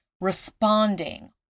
responding